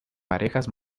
parejas